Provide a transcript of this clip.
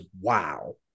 wow